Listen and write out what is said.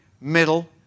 middle